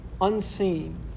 unseen